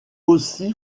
aussi